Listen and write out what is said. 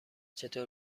چطور